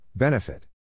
Benefit